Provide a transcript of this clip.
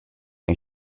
and